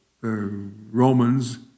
Romans